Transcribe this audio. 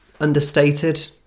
understated